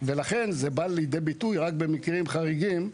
ולכן זה בא לידי ביטוי רק במקרים חריגים.